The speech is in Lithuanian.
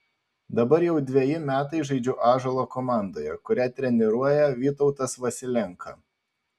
dabar jau dveji metai žaidžiu ąžuolo komandoje kurią treniruoja vytautas vasilenka